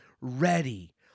ready